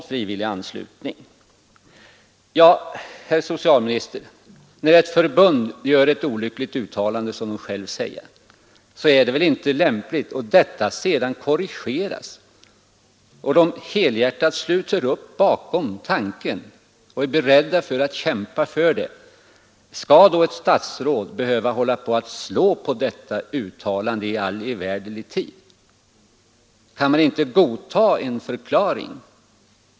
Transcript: Herr socialminister! När ett förbund gör ett, som det självt framhållit, olyckligt uttalande som sedan korrigeras och det helhjärtat sluter upp bakom förslaget och är berett att kämpa för det, skall då ett statsråd behöva slå på detta uttalande i evärdlig tid? Kan man inte godta en förklaring?